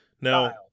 now